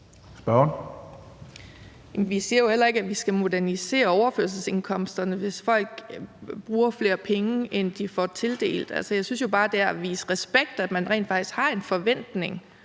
Vi siger jo heller ikke, at vi skal modernisere overførselsindkomsterne, hvis folk bruger flere penge, end de får tildelt. Altså, jeg synes jo bare, det er at vise respekt, at man rent faktisk har en forventning